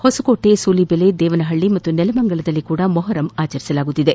ಹೊಸಕೋಟೆ ಸೂಲಿಬೆಲೆ ದೇವನಹಳ್ಳಿ ಹಾಗೂ ನೆಲಮಂಗಲದಲ್ಲಿ ಸಹ ಮೊಹರಂ ಆಚರಿಸಲಾಗುತ್ತಿದೆ